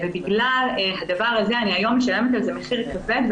בגלל הדבר הזה אני היום משלמת על זה מחיר כבד,